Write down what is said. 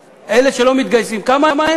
כמה?